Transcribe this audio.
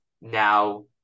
now